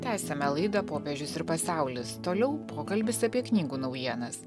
tęsiame laidą popiežius ir pasaulis toliau pokalbis apie knygų naujienas